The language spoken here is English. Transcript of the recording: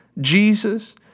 Jesus